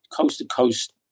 coast-to-coast